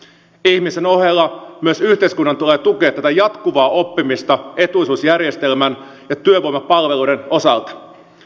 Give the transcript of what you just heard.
ihmisen ohella myös yhteiskunnan tulee tukea tätä jatkuvaa oppimista etuisuusjärjestelmän ja työvoimapalveluiden osalta